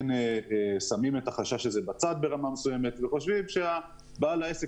שמים את החשש הזה בצד וחושבים שבעל העסק